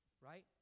Right